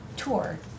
Tour